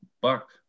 buck